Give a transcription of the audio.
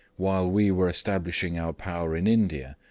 while we were establishing our power in india,